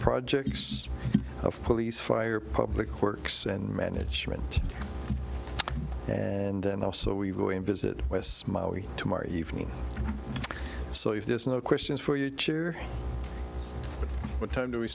projects of police fire public works and management and then also we will in visit west smile week tomorrow evening so if there's no questions for you chair what time do we